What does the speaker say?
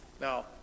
Now